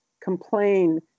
complain